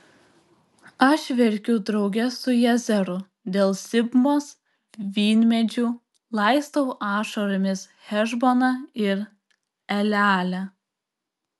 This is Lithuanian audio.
aš verkiu drauge su jazeru dėl sibmos vynmedžių laistau ašaromis hešboną ir elealę